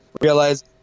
realize